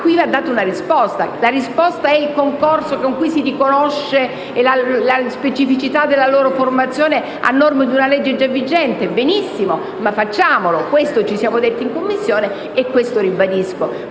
cui va data una risposta. La risposta è il concorso con cui si riconosce la specificità della loro formazione a norma di una legge già vigente? Benissimo, facciamolo. Questo ci siamo detti in Commissione e questo ribadisco.